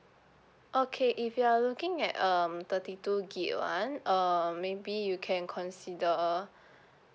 okay if you are looking at um thirty to gig [one] um maybe you can consider